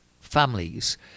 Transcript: families